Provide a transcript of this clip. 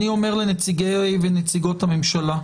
אני אומר לנציגי ונציגות הממשלה,